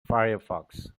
firefox